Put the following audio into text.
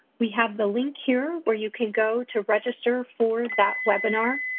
we have the link here where you can go to register for that webinar.